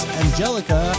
angelica